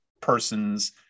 person's